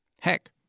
Heck